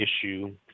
issue